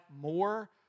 more